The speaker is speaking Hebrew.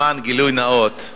למען הגילוי הנאות,